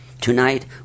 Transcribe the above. Tonight